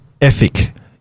ethic